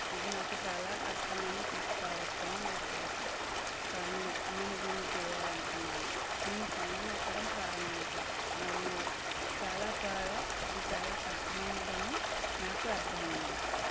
ఇది నాకు చాలా కష్టమైన ట్రిప్ కావచ్చని నాకు తెలుసు కానీ నేను దీన్ని చేయాలనుకున్నాను మేము కొండను ఎక్కడం ప్రారంభించాము మరియు చాలా త్వరగా ఇది చాలా కష్టమైనదని నాకు అర్థమైంది